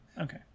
okay